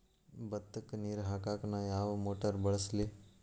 ಭತ್ತಕ್ಕ ನೇರ ಹಾಕಾಕ್ ನಾ ಯಾವ್ ಮೋಟರ್ ಬಳಸ್ಲಿ?